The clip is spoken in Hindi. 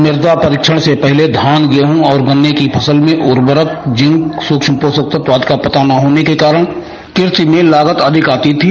मृदा परीक्षण से पहले धान गेहूँ और गन्ने के फसल में उर्वरक जींक सुक्ष्म पोषक तत्व का पता न होने के कारण कृषि में लागत अधिक आती थी